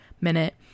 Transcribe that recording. minute